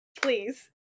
Please